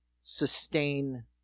sustain